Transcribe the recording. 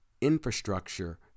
infrastructure